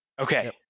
Okay